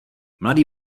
mladý